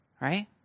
Right